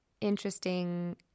interesting